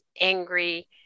angry